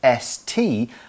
ST